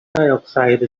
dioxide